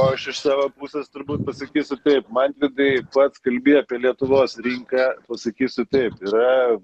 o aš iš savo pusės turbūt pasakysiu taip mantvidai pats kalbi apie lietuvos rinką pasakysiu taip yra